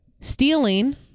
Stealing